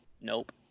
Nope